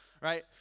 Right